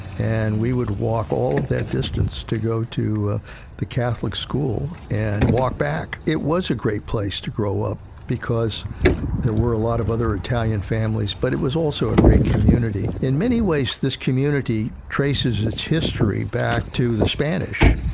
and we would walk all of that distance to go to the catholic school, and walk back. it was a great place to grow up because there were a lot of other italian families, but it was also a great community. in many ways, this community traces its history back to the spanish,